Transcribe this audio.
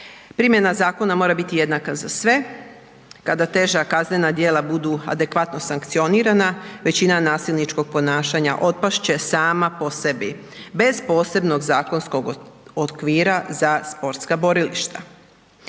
Primjena zakona mora biti jednaka za sve. Kada teža kaznena djela budu adekvatno sankcionirana, većina nasilničkog ponašanja otpast će sama po sebi, bez posebnog zakonskog okvira za sportska borilišta.